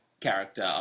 character